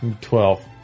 Twelve